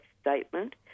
statement